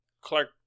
Clark